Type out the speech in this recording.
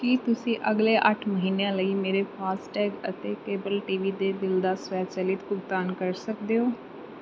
ਕੀ ਤੁਸੀਂਂ ਅਗਲੇ ਅੱਠ ਮਹੀਨਿਆਂ ਲਈ ਮੇਰੇ ਫਾਸਟੈਗ ਅਤੇ ਕੇਬਲ ਟੀ ਵੀ ਦੇ ਬਿੱਲ ਦਾ ਸਵੈ ਚਲਿਤ ਭੁਗਤਾਨ ਕਰ ਸਕਦੇ ਹੋ